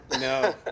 No